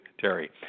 Terry